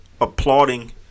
applauding